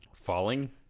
Falling